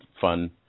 fun